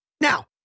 Now